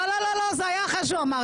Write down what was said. לא, זה היה אחרי שהוא אמר.